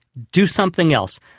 do something else,